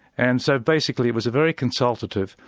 and so basically it was a very consultative,